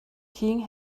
king